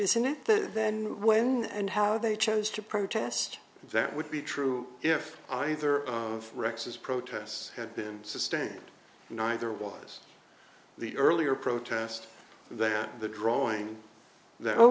isn't it that then when and how they chose to protest that would be true if either of rex's protests had been sustained and neither was the earlier protest than the drawing that